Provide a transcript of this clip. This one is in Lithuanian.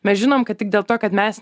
mes žinom kad tik dėl to kad mes